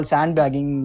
Sandbagging